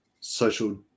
social